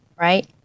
right